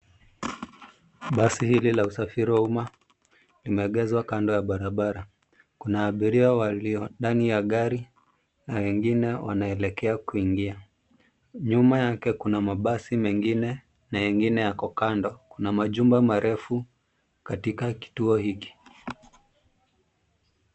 Basi hili la usafiri wa umma limeegezwa kando ya barabara. Kuna abiria walio ndani ya gari na wengine wanaelekea kuingia. Nyuma yake kuna mabasi mengine na mengine yako kando. Kuna majumba marefu katika kituo hiki.